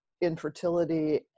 infertility